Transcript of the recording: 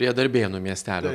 prie darbėnų miestelio